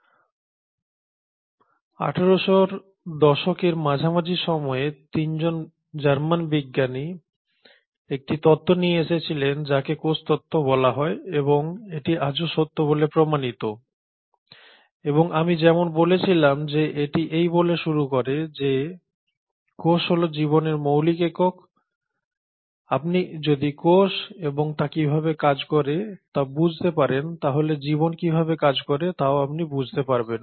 1800 এর দশকের মাঝামাঝি সময়ে 3 জন জার্মান বিজ্ঞানী একটি তত্ত্ব নিয়ে এসেছিলেন যাকে কোষ তত্ত্ব বলা হয় এবং এটি আজও সত্য বলে প্রমাণিত এবং আমি যেমন বলেছিলাম যে এটি এই বলে শুরু করে যে কোষ হল জীবনের মৌলিক একক আপনি যদি কোষ এবং তা কীভাবে কাজ করে তা বুঝতে পারেন তাহলে জীবন কীভাবে কাজ করে তাও আপনি বুঝতে পারবেন